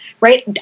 right